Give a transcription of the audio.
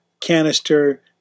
canister